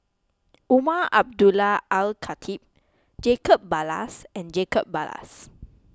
Umar Abdullah Al Khatib Jacob Ballas and Jacob Ballas